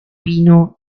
pino